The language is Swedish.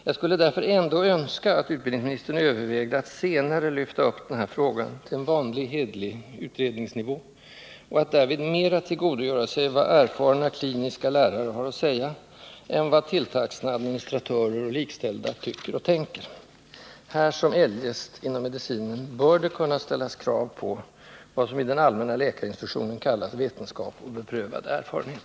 Jag skulle därför ändå önska att utbildningsministern övervägde att senare lyfta upp den här frågan till en vanlig, hederlig utredningsnivå, och att därvid mera tillgodogöra sig vad erfarna kliniska lärare har att säga än vad tilltagsna administratörer och likställda tycker och tänker. Här som eljest inom medicinen bör det kunna ställas krav på vad som i den allmänna läkarinstruktionen kallas ”vetenskap och beprövad erfarenhet”.